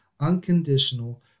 unconditional